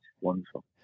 Wonderful